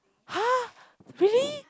!huh! really